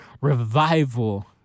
revival